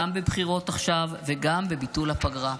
גם בבחירות עכשיו וגם בביטול הפגרה.